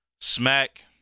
Smack